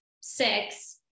six